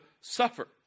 suffer